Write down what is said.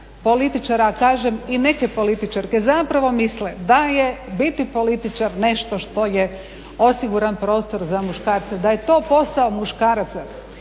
političara, a kažem i neke političarke zapravo misle da je biti političar nešto što je osiguran prostor za muškarce, da je to posao muškaraca,